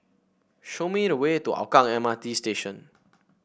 show me the way to Hougang M R T Station